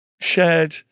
shared